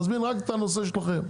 נזמין רק את הנושא שלכם.